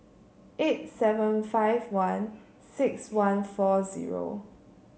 eight seven five one six one four zero